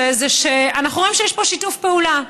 זה שאנחנו רואים שיש פה שיתוף פעולה.